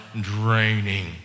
draining